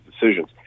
decisions